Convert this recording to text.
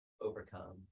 overcome